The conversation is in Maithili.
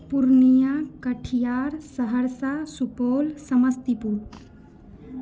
पुर्णियाँ कटिहार सहरसा सुपौल समस्तीपुर